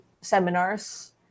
seminars